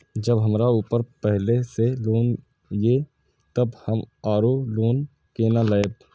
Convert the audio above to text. जब हमरा ऊपर पहले से लोन ये तब हम आरो लोन केना लैब?